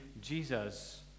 jesus